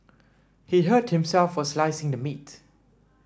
he hurt himself while slicing the meat